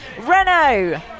Renault